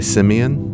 Simeon